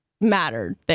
mattered